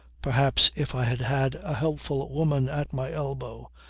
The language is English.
perhaps if i had had a helpful woman at my elbow,